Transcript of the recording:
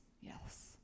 yes